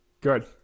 Good